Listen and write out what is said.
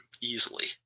easily